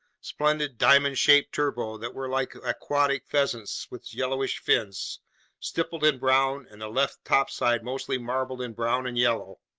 splendid diamond-shaped turbot that were like aquatic pheasants with yellowish fins stippled in brown and the left topside mostly marbled in brown and yellow,